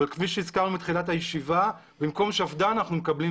בכביש שהזכרנו בתחילת הישיבה במקום שפד"ן אנחנו מקבלים